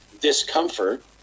discomfort